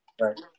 Right